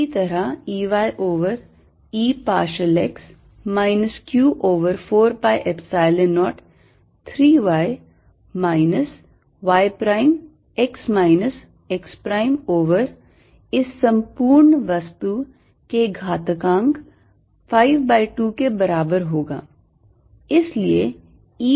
इसी तरह E y over E partial x minus q over 4 pi epsilon 0 3 y minus y prime x minus x prime over इस संपूर्ण वस्तु के घातांक 5 by 2 के बराबर होगा